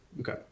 Okay